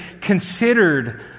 considered